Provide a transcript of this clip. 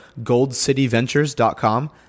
goldcityventures.com